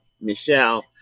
Michelle